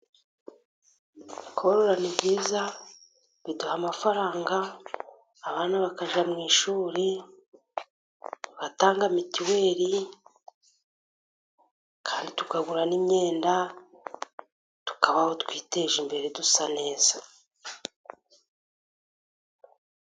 Korora ni byiza biduha amafaranga, abana bakajya mu ishuri, tugatanga mitiweli, kandi tukagura n'imyenda, tukabaho twiteje imbere dusa neza.